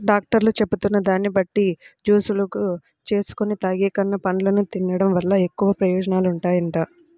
డాక్టర్లు చెబుతున్న దాన్ని బట్టి జూసులుగా జేసుకొని తాగేకన్నా, పండ్లను తిన్డం వల్ల ఎక్కువ ప్రయోజనాలుంటాయంట